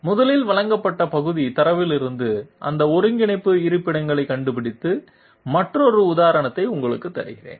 முதலில் வழங்கப்பட்ட பகுதி தரவிலிருந்து அந்த ஒருங்கிணைப்பு இருப்பிடங்களைக் கண்டுபிடித்து மற்றொரு உதாரணத்தை உங்களுக்கு தருகிறேன்